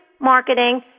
marketing